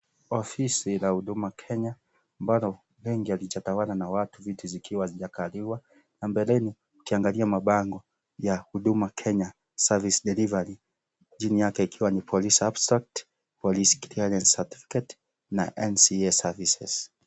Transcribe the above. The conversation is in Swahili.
Ofisi la Huduma Kenya ambalo wengi halijatawalwa na watu viti zikiwa hazikaliwa na mbeleni ukiangalia mabango ya Huduma Kenya; service delivery jini yake ikiwa ni police abstract, police clearance certificate , na NCA services .